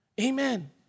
Amen